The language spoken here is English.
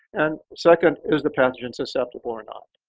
and second, is the pathogen susceptible or not?